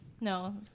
No